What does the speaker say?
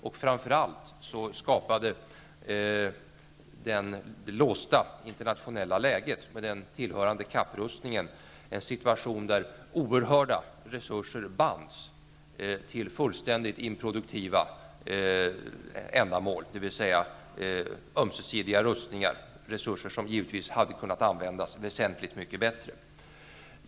Och framför allt skapade det låsta internationella läget med den tillhörande kapprustningen en situation där oerhörda resurser bands till fullständigt improduktiva ändamål, dvs. ömsesidiga rustningar, resurser som givetvis hade kunnat användas väsentligt bättre.